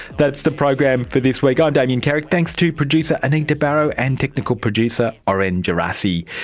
that's the program for this week. i'm damien carrick. thanks to producer anita barraud and technical producer oren gerassi.